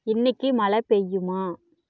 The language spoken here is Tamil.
இன்றைக்கு மழை பெய்யுமா